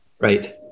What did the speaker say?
Right